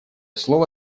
слово